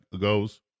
goes